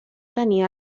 tenir